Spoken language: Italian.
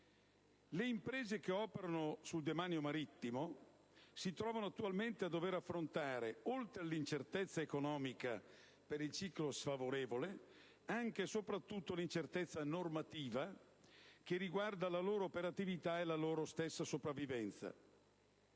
Le imprese che operano sul demanio marittimo si trovano attualmente a dover affrontare, oltre all'incertezza economica per il ciclo sfavorevole, anche e soprattutto l'incertezza normativa che riguarda la loro operatività e la loro stessa sopravvivenza.